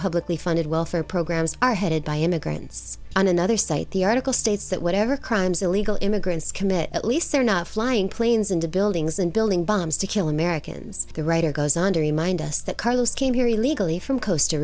publicly funded welfare programs are headed by immigrants on another site the article states that whatever crimes illegal immigrants commit at least they're not flying planes into buildings and building bombs to kill americans the writer goes on to remind us that carlos came here illegally from coast